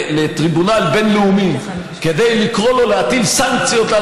לטריבונל בין-לאומי כדי לקרוא לו להטיל סנקציות על